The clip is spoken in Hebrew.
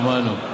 שמענו.